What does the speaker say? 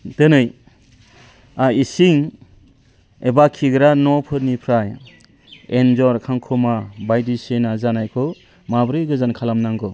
दिनै इसिं एबा खिग्रा न'फोरनिफ्राय एनजर खांखमा बायदिसिना जानायखौ माब्रै गोजान खालामनांगौ